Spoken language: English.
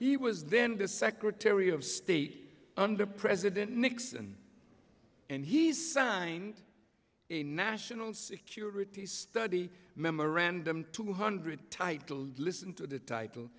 he was then the secretary of state under president nixon and he's signed a national security study memorandum two hundred titled listen to the title